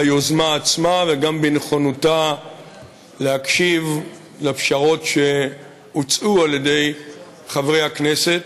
ביוזמה עצמה וגם בנכונותה להקשיב לפשרות שהוצעו על-ידי חברי הכנסת.